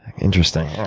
interesting.